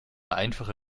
einfache